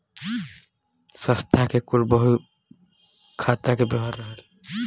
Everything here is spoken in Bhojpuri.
संस्था के कुल बही खाता के ब्योरा रहेला